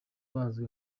bazwi